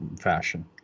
fashion